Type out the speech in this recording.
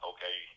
Okay